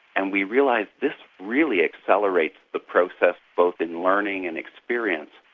and we realised this really accelerates the process both in learning and experience.